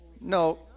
No